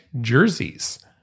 jerseys